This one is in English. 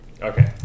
Okay